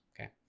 Okay